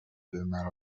بمراتب